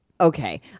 Okay